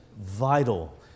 vital